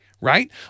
right